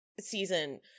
season